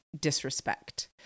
disrespect